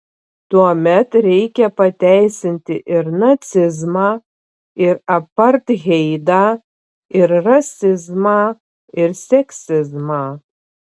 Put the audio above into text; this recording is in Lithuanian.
tuomet reikia pateisinti ir nacizmą ir apartheidą ir rasizmą ir seksizmą